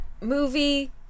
movie